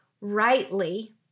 rightly